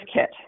kit